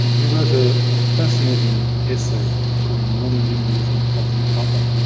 and he wrote a ah fascinating essay called monolingualism of the other,